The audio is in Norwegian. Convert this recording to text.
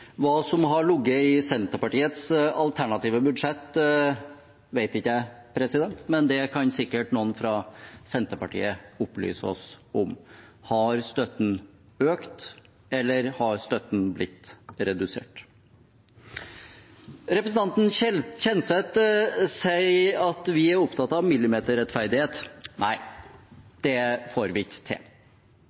Hva som har ligget i Senterpartiets alternative budsjett, vet ikke jeg, men det kan sikkert noen fra Senterpartiet opplyse oss om: Har støtten økt, eller har støtten blitt redusert? Representanten Kjenseth sier at vi er opptatt av millimeterrettferdighet. Nei, det får vi ikke til.